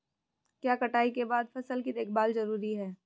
क्या कटाई के बाद फसल की देखभाल जरूरी है?